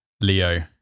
Leo